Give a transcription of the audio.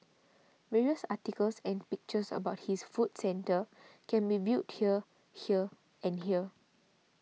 various articles and pictures about this food centre can be viewed here here and here